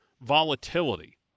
volatility